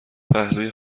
پهلوی